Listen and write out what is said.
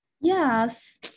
Yes